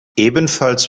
ebenfalls